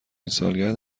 سالگرد